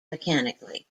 mechanically